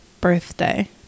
birthday